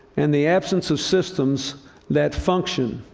and the absence of systems that function